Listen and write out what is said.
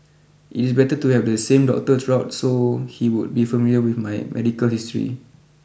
it is better to have the same doctor throughout so he would be familiar with my medical history